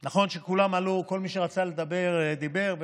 כל מי שרצה לדבר דיבר,